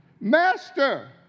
Master